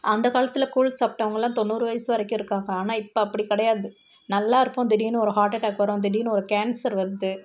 அந்த காலத்தில் கூழ் சாப்பிட்டவங்க எல்லாம் தொண்ணூறு வயது வரைக்கும் இருக்காங்க ஆனால் இப்போ அப்படி கிடையாது நல்லா இருப்போம் திடீரெனு ஒரு ஹார்ட் அட்டாக் வரும் திடீர்னு ஒரு கேன்சர் வருது